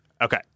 Okay